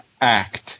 act